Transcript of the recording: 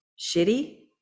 shitty